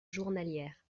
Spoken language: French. journalière